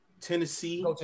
Tennessee